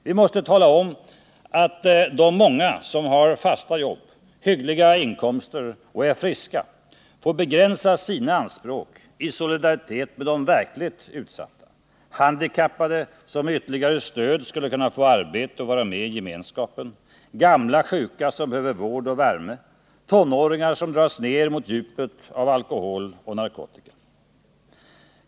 Vi måste tala om att de många som har fasta jobb, hyggliga inkomster och är friska får begränsa sina anspråk i solidaritet med de verkligt utsatta: handikappade som med ytterligare stöd skulle kunna få arbete och vara med i gemenskapen, gamla sjuka som behöver vård och värme, tonåringar som dras ner mot djupet av alkohol och narkotika.